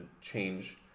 change